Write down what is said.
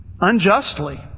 unjustly